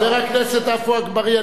חבר הכנסת עפו אגבאריה,